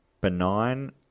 benign